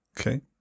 Okay